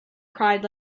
cried